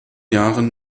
jahren